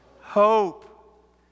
Hope